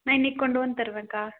நான் இன்றைக்கி கொண்டு வந்து தருவேன்க்கா